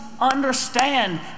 understand